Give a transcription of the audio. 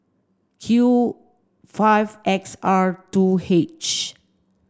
Q five X R two H